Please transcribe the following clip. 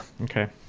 Okay